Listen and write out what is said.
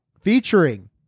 featuring